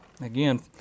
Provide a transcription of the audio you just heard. again